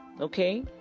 okay